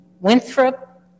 Winthrop